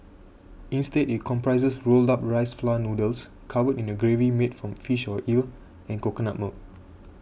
instead it comprises rolled up rice flour noodles covered in a gravy made from fish or eel and coconut milk